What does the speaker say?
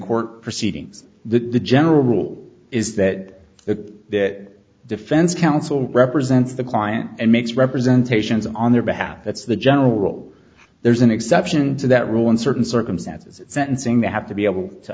court proceedings the general rule is that the that defense counsel represents the client and makes representation on their behalf that's the general rule there's an exception to that rule in certain circumstances sentencing that have to be able to